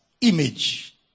image